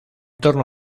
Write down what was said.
torno